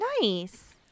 Nice